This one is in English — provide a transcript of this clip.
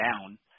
down